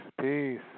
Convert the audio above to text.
peace